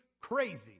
crazy